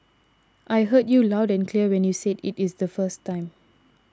I heard you loud and clear when you said it is the first time